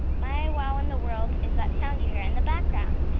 my wow in the world is that sound you hear in the background.